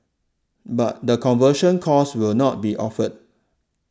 but the conversion course will not be offered